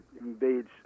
invades